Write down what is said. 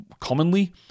commonly